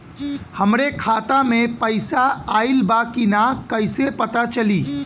हमरे खाता में पैसा ऑइल बा कि ना कैसे पता चली?